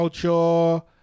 culture